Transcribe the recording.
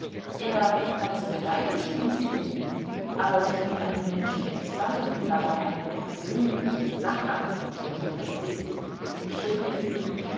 er hat sie beleidigt und sie ihn aber sich mit einem menschen entzweien und dabei eine persönliche sache aufgeben das ist entschuldigen sie